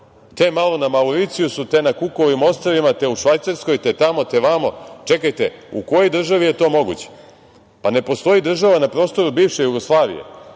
te, malo na Mauricijusu, te na Kukovim ostrvima, te u Švajcarskoj, te tamo, te ovamo. Čekajte, u kojoj državi je to moguće? Ne postoji država na prostoru bivše Jugoslavije